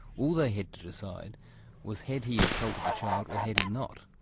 all they had to decide was had he assaulted the child or had he not.